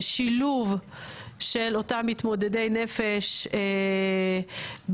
שילוב של אותם מתמודדי נפש בתוך הקהילה,